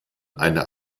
eine